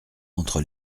entre